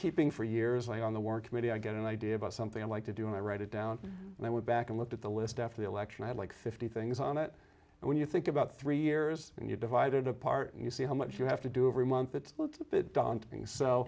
keeping for years on the work committee i get an idea about something i like to do and i write it down and i went back and looked at the list after the election i'd like fifty things on it and when you think about three years and you divided a part and you see how much you have to do every month it looks a bit daunting so